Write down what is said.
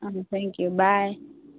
অঁ thank you by